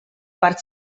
part